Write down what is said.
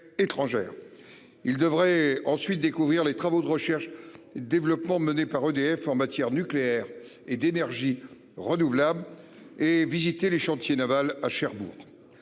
Il devrait ensuite découvrir les travaux de recherche. Développement menée par EDF en matière nucléaire et d'énergies renouvelables et visiter les chantiers navals à Cherbourg.